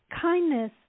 Kindness